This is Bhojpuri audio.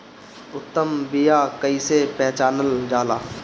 उत्तम बीया कईसे पहचानल जाला?